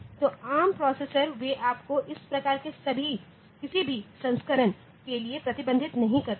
तो ARM processor वे आपको इस प्रकार के किसी भी संस्करण के लिए प्रतिबंधित नहीं करते हैं